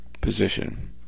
position